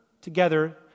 together